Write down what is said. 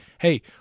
Hey